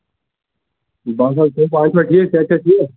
باسا چھا پانہٕ چھِوا ٹھیٖک صحت چھا ٹھیٖک